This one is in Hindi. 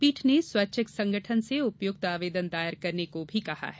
पीठ ने स्वैच्छिक संगठन से उपयुक्तर आवेदन दायर करने को भी कहा है